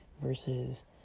versus